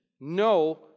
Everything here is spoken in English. No